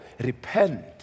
repent